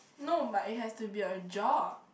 no but it has to be a job